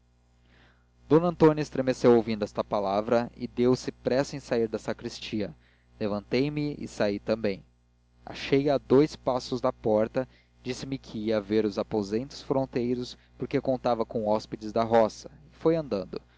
d antônia estremeceu ouvindo esta palavra e deuse pressa em sair da sacristia levantei-me e saí também achei-a a dous passos da porta disse-me que ia ver os aposentos fronteiros porque contava com hóspedes da roga e foi andando